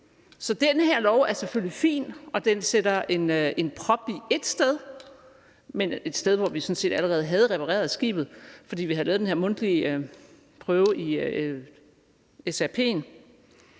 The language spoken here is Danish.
Den her lov er selvfølgelig fin, og den sætter en prop i et sted – dog et sted, hvor vi sådan set allerede havde repareret skibet, fordi vi har indført den her mundtlig prøve i